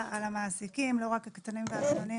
על המעסיקים ולא רק על המעסיקים הקטנים.